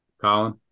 Colin